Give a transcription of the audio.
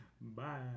Bye